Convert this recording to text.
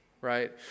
right